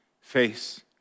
face